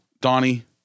Donnie